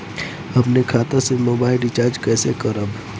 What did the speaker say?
अपने खाता से मोबाइल रिचार्ज कैसे करब?